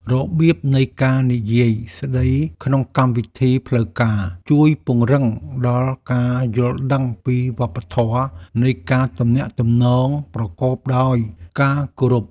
របៀបនៃការនិយាយស្តីក្នុងកម្មវិធីផ្លូវការ ជួយពង្រឹងដល់ការយល់ដឹងពីវប្បធម៌នៃការទំនាក់ទំនងប្រកបដោយការគោរព។